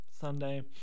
Sunday